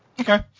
Okay